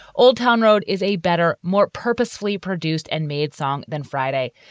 old town road is a better, more purposefully produced and made song than friday.